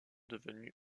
devenu